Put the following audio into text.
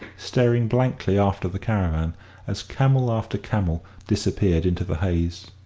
staring blankly after the caravan as camel after camel disappeared into the haze.